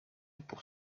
pour